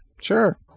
sure